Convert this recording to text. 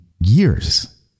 years